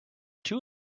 two